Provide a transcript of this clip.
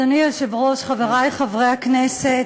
אדוני היושב-ראש, חברי חברי הכנסת,